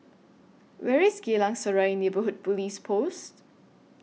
Where IS Geylang Serai Neighbourhood Police Post